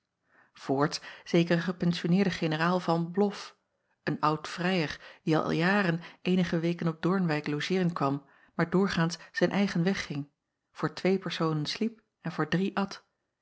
oorts zekere gepensioneerde generaal an loff een oud vrijer die alle jaren eenige weken op oornwijck logeeren kwam maar doorgaans zijn eigen weg ging voor twee personen sliep en voor drie at